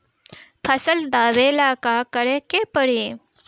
फसल दावेला का करे के परी?